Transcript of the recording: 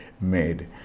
made